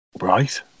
Right